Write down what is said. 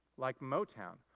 like motown.